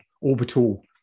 orbital